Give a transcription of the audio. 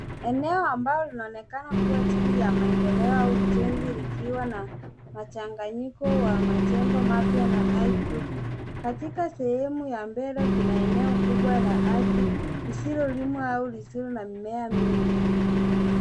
Eneo ambao linaonekana kuwa chini ya maendeleo au ujenzi likiwa na machanganyiko wa majengo mapya na ardhi tupu. Katika sehemu ya mbele kuna eneo kubwa la ardhi lisilolimwa au lisilo na mimea mingi.